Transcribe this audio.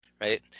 right